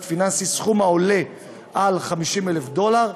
פיננסי סכום העולה על 50,000 דולר,